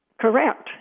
correct